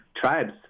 tribes